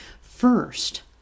First